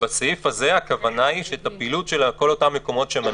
בסעיף הזה הכוונה היא שהפעילות של כל אותם מקומות שמניתי,